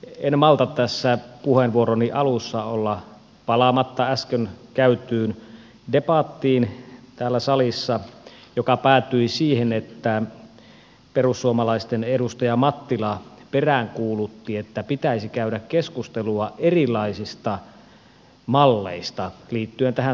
en malta tässä puheenvuoroni alussa olla palaamatta äsken täällä salissa käytyyn debattiin joka päättyi siihen että perussuomalaisten edustaja mattila peräänkuulutti että pitäisi käydä keskustelua erilaisista malleista liittyen tähän sosiaali ja terveyspalvelujen järjestämiseen